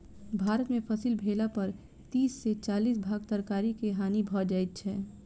भारत में फसिल भेला पर तीस से चालीस भाग तरकारी के हानि भ जाइ छै